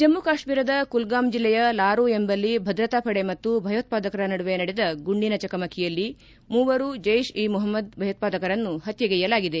ಜಮ್ಮು ಕಾಶ್ವೀರದ ಕುಲ್ಗಾಮ್ ಜಿಲ್ಲೆಯ ಲಾರೂ ಎಂಬಲ್ಲಿ ಭದ್ರತಾಪಡೆ ಮತ್ತು ಭಯೋತ್ಪಾದಕರ ನಡುವೆ ನಡೆದ ಗುಂಡಿನ ಚಕಮಕಿಯಲ್ಲಿ ಮೂವರು ಜೈಷೇ ಮಹಮ್ದದ್ ಭಯೋತ್ಪಾದಕರನ್ನು ಹತ್ಯೆಗೈಯಲಾಗಿದೆ